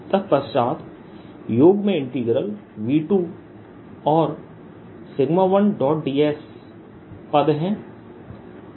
तत्पश्चात योग में इंटीग्रल V2और 1ds पाद है